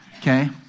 Okay